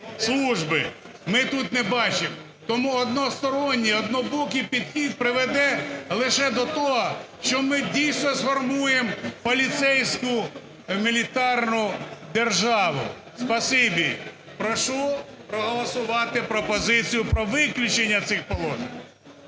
служба? Ми тут не бачимо. Тому односторонній, однобокий підхід приведе лише до того, що ми, дійсно, сформуємо поліцейську мілітарну державу. Спасибі. Прошу проголосувати пропозицію про виключення цих положень.